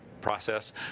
process